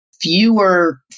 fewer